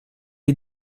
est